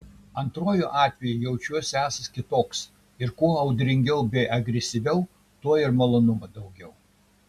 antruoju atveju jaučiu esąs kitoks ir kuo audringiau bei agresyviau tuo ir malonumo daugiau